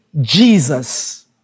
Jesus